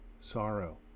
sorrow